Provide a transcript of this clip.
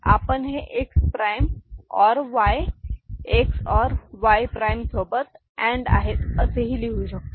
आपण हे X prime और Y X OR Y X और Y prime X OR Y सोबत अँड आहेत असेही लिहू शकतो